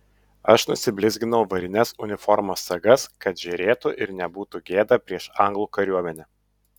aš nusiblizginau varines uniformos sagas kad žėrėtų ir nebūtų gėda prieš anglų kariuomenę